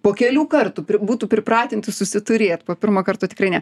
po kelių kartų būtų pripratinti susiturėt po pirmo karto tikrai ne